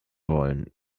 wollen